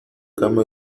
cama